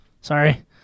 Sorry